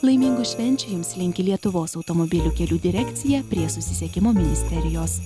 laimingų švenčių jums linki lietuvos automobilių kelių direkcija prie susisiekimo ministerijos